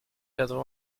quatre